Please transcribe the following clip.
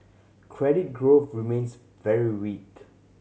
credit growth remains very weak